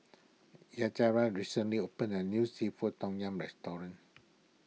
Yajaira recently opened a new Seafood Tom Yum restaurant